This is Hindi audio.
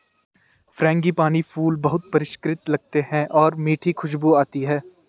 फ्रेंगिपानी फूल बहुत परिष्कृत लगते हैं और मीठी खुशबू आती है